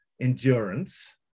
endurance